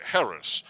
Harris